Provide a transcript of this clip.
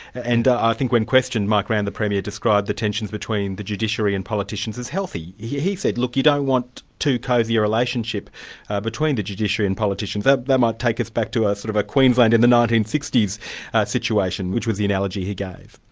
and i think when questioned, mike rann, the premier, described the tensions between the judiciary and politicians as healthy. he he said, look you don't want too cozy a relationship between the judiciary and politicians, that that might take us back to a sort of queensland in the nineteen sixty s situation, which was the analogy he gave.